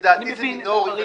לדעתי זה מינורי.